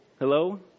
Hello